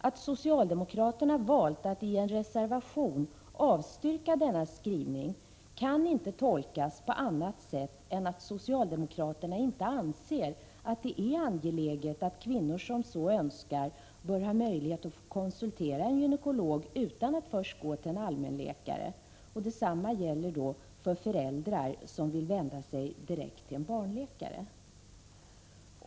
Att socialdemokraterna valt att i en reservation avstyrka denna skrivning kan inte tolkas på annat sätt än att socialdemokraterna inte anser att det är angeläget att kvinnor som så önskar bör ha möjlighet att konsultera en gynekolog utan att först gå till en allmänläkare. Och detsamma gäller för föräldrar som vill vända sig direkt till en barnläkare.